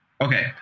okay